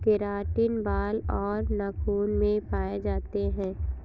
keratin बाल और नाखून में पाए जाते हैं